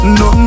no